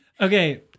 Okay